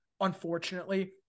unfortunately